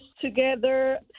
together